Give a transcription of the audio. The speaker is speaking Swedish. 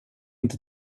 inte